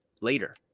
later